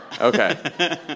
Okay